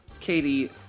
Katie